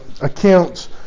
accounts